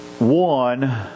One